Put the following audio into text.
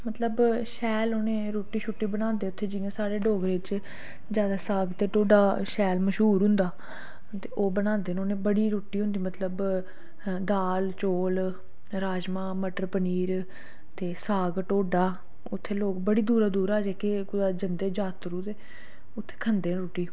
मतलब शैल उ'नें रुट्टी शुट्टी बनांदे उत्थै जि'यां साढ़े डोगरें च जैदा साग ते ढोडा शैल मश्हूर होंदा ते ओह् बनांदे न उ'नें बड़ी रुट्टी होंदी मतलब दाल चौल राजमां मटर पनीर ते साग ढोडा उत्थै लोग बड़ी दूरा दूरा जेह्के कुतै जंदे जात्तरू ते उत्थै खंदे रुट्टी